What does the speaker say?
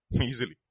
easily